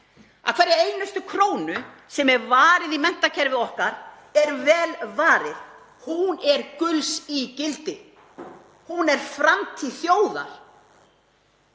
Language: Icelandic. hverri einustu krónu sem er varið í menntakerfið okkar er vel varið. Hún er gulls ígildi. Hún er framtíð þjóðar.